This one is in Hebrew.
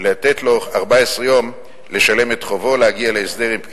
ולתת לו 14 יום לשלם את חובו או להגיע להסדר